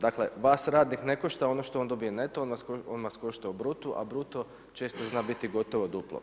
Dakle vas radnik ne košta ono što on dobije neto, on vas košta u bruto a bruto često zna biti gotovo duplo.